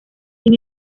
sin